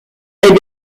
est